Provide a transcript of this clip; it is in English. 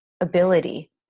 ability